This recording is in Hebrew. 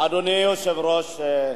אדוני היושב-ראש,